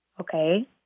Okay